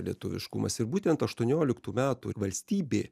lietuviškumas ir būtent aštuonioliktų metų valstybė